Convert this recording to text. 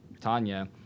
Tanya